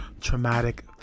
traumatic